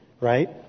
Right